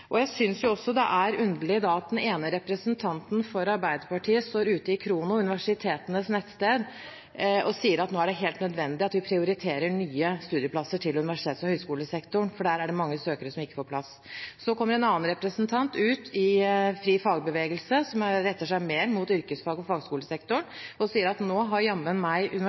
Jeg synes også det er underlig at den ene representanten for Arbeiderpartiet sier til Khrono, universitetenes nettsted, at nå er det helt nødvendig at vi prioriterer nye studieplasser til universitets- og høyskolesektoren, for der er det mange søkere som ikke får plass. Så sier en annen representant til FriFagbevegelse, som retter seg mer mot yrkesfag og fagskolesektoren, at nå har jammen meg